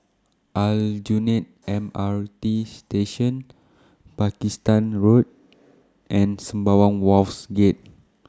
Aljunied M R T Station Pakistan Road and Sembawang Wharves Gate